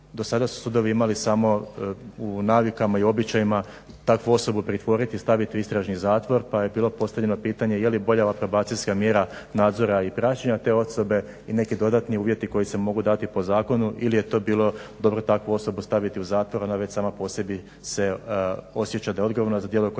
Do sada su sudovi imali samo u navikama i običajima takvu osobu pritvoriti, staviti u istražni zatvor, pa je bilo postavljeno pitanje je li bolja ova probacijska mjera nadzora i praćenja te osobe i neki dodatni uvjeti koji se mogu dati po zakonu ili je to bilo dobro takvu osobu staviti u zatvor. Ona već sama po sebi se osjeća da je odgovorna za djelo koje je počinila.